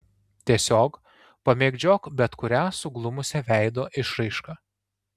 tiesiog pamėgdžiok bet kurią suglumusią veido išraišką